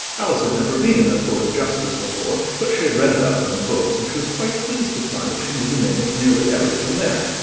alice had never been in a court of justice before, but she had read about them in books, and she was quite pleased to find that she knew the name of nearly everything there.